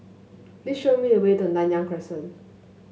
please show me the way to Nanyang Crescent